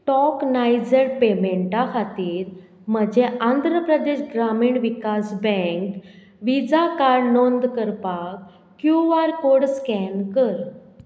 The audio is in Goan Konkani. टोकनायज पेमेंटा खातीर म्हजें आंध्र प्रदेश ग्रामीण विकास बँक व्हिझा कार्ड नोंद करपाक क्यू आर कोड स्कॅन कर